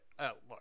Look